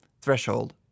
threshold